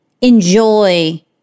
enjoy